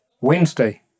Wednesday